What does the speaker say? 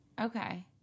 Okay